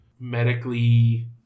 medically